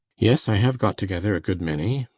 yes, i have got together a good many.